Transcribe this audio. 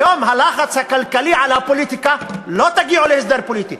היום הלחץ הכלכלי על הפוליטיקה הוא לא: תגיעו להסדר פוליטי,